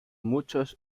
muchos